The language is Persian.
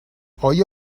آیا